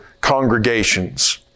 congregations